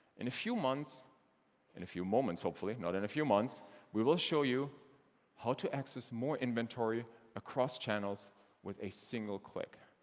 in a few months in a few moments, hopefully, not in a few months we will show you how to access more inventory across channels with a single click.